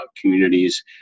communities